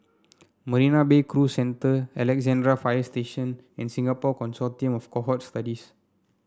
Marina Bay Cruise Centre Alexandra Fire Station and Singapore Consortium of Cohort Studies